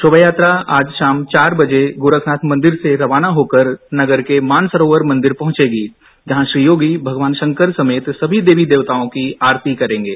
शोभायात्रा आज शाम चार बजे गोरखनाथ मंदिर से रवाना होकर नगर के मानसरोवर मंदिर पहुंचेगी जहां श्री योगी भगवान शंकर समेत सभी देवी देवताओं की आरती करेंगे